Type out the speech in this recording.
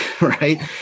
right